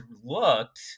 looked